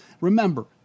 Remember